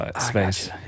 space